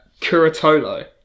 Curatolo